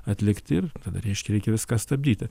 atlikti ir tada reiškia reikia viską stabdyti